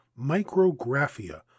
micrographia